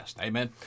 Amen